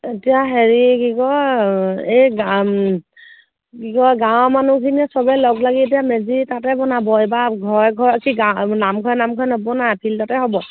এতিয়া হেৰি কি কয় এই কি কয় গাঁৱৰ মানুহখিনিয়ে চবেই লগ লাগি এতিয়া মেজি তাতে বনাব এইবাৰ ঘৰে ঘৰে কি গাঁৱৰ নামঘৰে নামঘৰে নবনায় ফিল্ডতে হ'ব